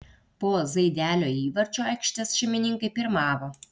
po zaidelio įvarčio aikštės šeimininkai pirmavo